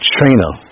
Trainer